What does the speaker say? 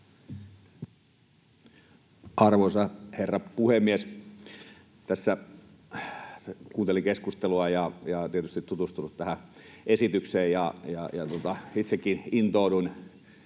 Arvoisa herra puhemies! Tässä kuuntelin keskustelua, ja tietysti olen tutustunut tähän esitykseen, ja itsekin intoudun